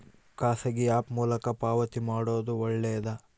ಖಾಸಗಿ ಆ್ಯಪ್ ಮೂಲಕ ಪಾವತಿ ಮಾಡೋದು ಒಳ್ಳೆದಾ?